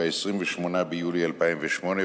ב-28 ביולי 2008,